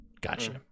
Gotcha